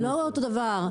לא אותו דבר.